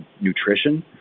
nutrition